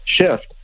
shift